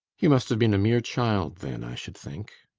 you must have been a mere child then, i should think.